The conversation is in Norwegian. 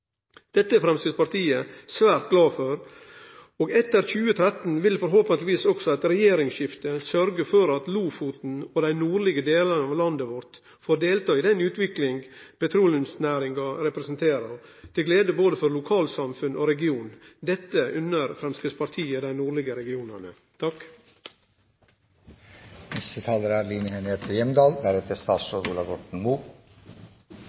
Dette er Framstegspartiet svært glad for, og etter 2013 vil forhåpentlegvis òg eit regjeringsskifte sørgje for at Lofoten og dei nordlege delane av landet vårt får delta i den utviklinga petroleumsnæringa representerer, til glede for både lokalsamfunn og region. Dette unner Framstegspartiet dei nordlege regionane.